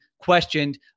Questioned